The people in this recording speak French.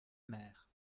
mère